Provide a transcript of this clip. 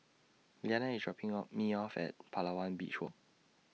Leana IS dropping of dropping Me off At Palawan Beach Walk